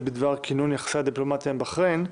בדבר כינון היחסים הדיפלומטים עם בחריין,